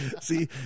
see